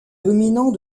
dominants